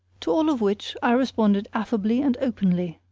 to all of which i responded affably and openly.